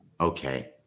okay